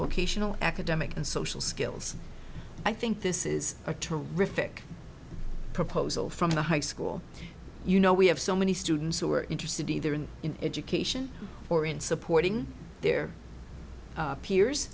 vocational academic and social skills i think this is a terrific proposal from the high school you know we have so many students who are interested either in education or in supporting their peers